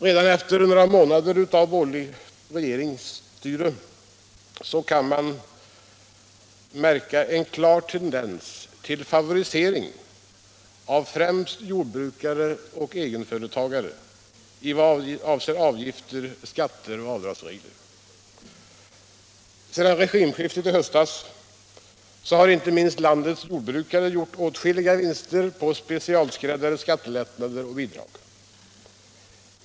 Redan efter några månader av borgerligt regeringsstyre kan man märka en klar tendens till favorisering av främst jordbrukare och egenföretagare i vad avser avgifter, skatter och avdragsregler. Sedan regimskiftet i höstas har inte minst landets jordbrukare gjort åtskilliga vinster på specialskräddade skattelättnader och bidrag.